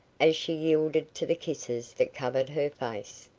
as she yielded to the kisses that covered her face.